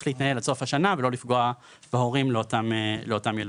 להתנהל עד סוף השנה ולא לפגוע בהורים לאותם ילדים.